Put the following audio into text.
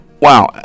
Wow